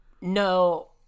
No